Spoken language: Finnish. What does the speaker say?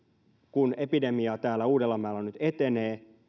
kun epidemia täällä uudellamaalla nyt etenee